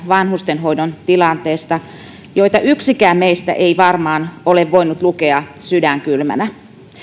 vanhustenhoidon tilanteesta ikäviä viestejä joita yksikään meistä ei varmaan ole voinut lukea sydän kylmänä